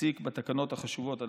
ופסיק בתקנות החשובות הללו.